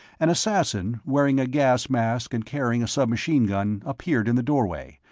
an assassin, wearing a gas mask and carrying a submachine-gun, appeared in the doorway,